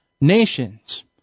nations